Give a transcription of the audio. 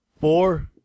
four